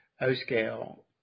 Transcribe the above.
O-scale